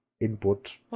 Input